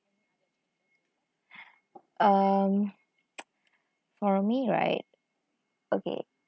um for me right okay